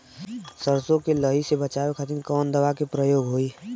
सरसो के लही से बचावे के खातिर कवन दवा के प्रयोग होई?